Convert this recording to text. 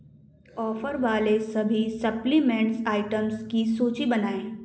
offer वाले सभी supplements items की सूची बनाएँ